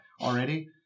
already